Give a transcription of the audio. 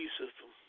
system